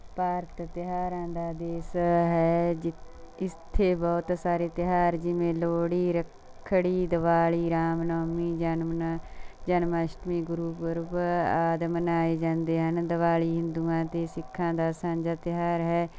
ਭਾਰਤ ਤਿਉਹਾਰਾਂ ਦਾ ਦੇਸ਼ ਹੈ ਜਿੱਥੇ ਇੱਥੇ ਬਹੁਤ ਸਾਰੇ ਤਿਉਹਾਰ ਜਿਵੇਂ ਲੋਹੜੀ ਰੱਖੜੀ ਦੀਵਾਲੀ ਰਾਮਨੌਮੀ ਜਨਮ ਜਨਮ ਅਸ਼ਟਮੀ ਗੁਰਪੁਰਬ ਆਦਿ ਮਨਾਏ ਜਾਂਦੇ ਹਨ ਦੀਵਾਲੀ ਹਿੰਦੂਆਂ ਅਤੇ ਸਿੱਖਾਂ ਦਾ ਸਾਂਝਾ ਤਿਉਹਾਰ ਹੈ